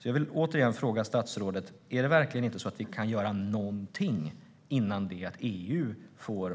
Jag vill återigen fråga statsrådet: Kan vi verkligen inte göra någonting innan EU säger något?